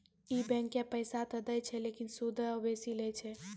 इ बैंकें पैसा त दै छै लेकिन सूदो बेसी लै छै